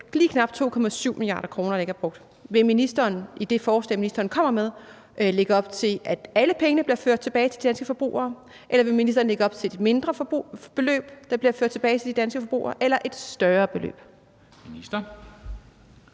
lige knap 2,7 mia. kr., der ikke er brugt. Vil ministeren i det forslag, ministeren kommer med, lægge op til, at alle pengene bliver ført tilbage til de danske forbrugere, eller vil ministeren lægge op til, at det er et mindre beløb, der bliver ført tilbage til de danske forbrugere, eller et større beløb?